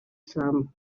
some